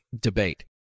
debate